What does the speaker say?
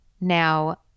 now